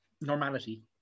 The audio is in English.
Normality